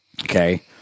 Okay